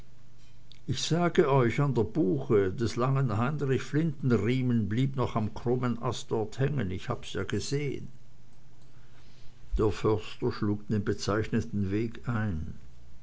ich sage euch an der buche des langen heinrich flintenriemen blieb noch am krummen ast dort hängen ich hab's ja gesehen der förster schlug den bezeichneten weg ein